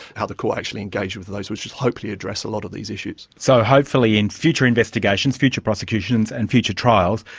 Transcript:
how the court actually engages with those, which will hopefully address a lot of these issues. so hopefully in future investigations, future prosecutions and future trials,